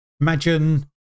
Imagine